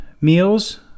meals